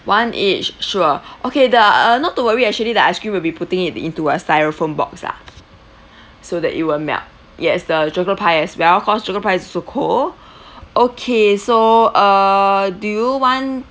one each sure okay the uh not to worry actually the ice cream we'll be putting it into a styrofoam box ah so that it won't melt yes the chocolate pie as well cause chocolate pie's also cold okay so err do you want